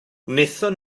wnaethon